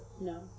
no